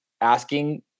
asking